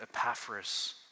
Epaphras